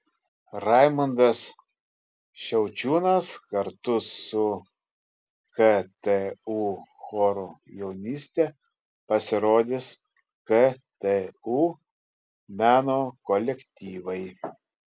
raimundas šiaučiūnas kartu su ktu choru jaunystė pasirodys ktu meno kolektyvai